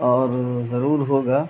اور ضرور ہوگا